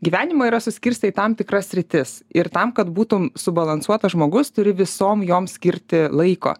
gyvenimą yra suskirstę į tam tikras sritis ir tam kad būtum subalansuotas žmogus turi visom joms skirti laiko